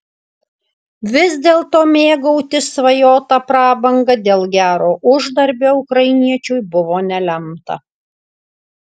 vis dėlto mėgautis svajota prabanga dėl gero uždarbio ukrainiečiui buvo nelemta